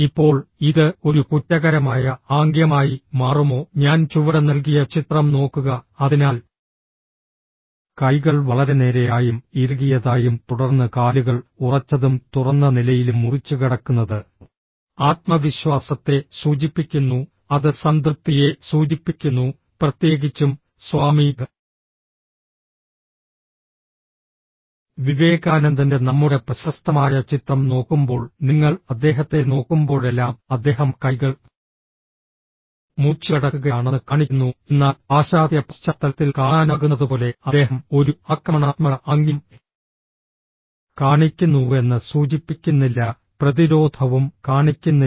ഇപ്പോൾ ഇത് ഒരു കുറ്റകരമായ ആംഗ്യമായി മാറുമോ ഞാൻ ചുവടെ നൽകിയ ചിത്രം നോക്കുക അതിനാൽ കൈകൾ വളരെ നേരെയായും ഇറുകിയതായും തുടർന്ന് കാലുകൾ ഉറച്ചതും തുറന്ന നിലയിലും മുറിച്ചുകടക്കുന്നത് ആത്മവിശ്വാസത്തെ സൂചിപ്പിക്കുന്നു അത് സംതൃപ്തിയെ സൂചിപ്പിക്കുന്നു പ്രത്യേകിച്ചും സ്വാമി വിവേകാനന്ദന്റെ നമ്മുടെ പ്രശസ്തമായ ചിത്രം നോക്കുമ്പോൾ നിങ്ങൾ അദ്ദേഹത്തെ നോക്കുമ്പോഴെല്ലാം അദ്ദേഹം കൈകൾ മുറിച്ചുകടക്കുകയാണെന്ന് കാണിക്കുന്നു എന്നാൽ പാശ്ചാത്യ പശ്ചാത്തലത്തിൽ കാണാനാകുന്നതുപോലെ അദ്ദേഹം ഒരു ആക്രമണാത്മക ആംഗ്യം കാണിക്കുന്നുവെന്ന് സൂചിപ്പിക്കുന്നില്ല പ്രതിരോധവും കാണിക്കുന്നില്ല